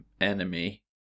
enemy